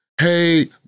Hey